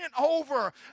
over